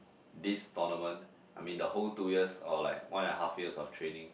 this tournament I mean the whole two years or like one and a half years of training